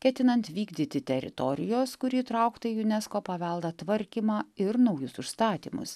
ketinant vykdyti teritorijos kuri įtraukta į unesco paveldą tvarkymą ir naujus užstatymus